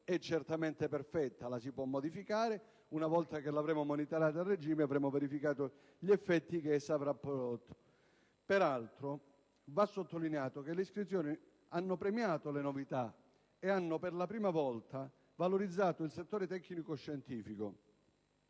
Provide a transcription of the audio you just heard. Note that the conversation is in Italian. certamente perfetta: la si potrà modificare una volta che l'avremo monitorata a regime e avremo verificato gli effetti che essa avrà prodotto. Peraltro, va sottolineato che le iscrizioni hanno premiato le novità e, per la prima volta, hanno valorizzato il settore tecnico-scientifico.